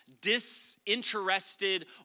disinterested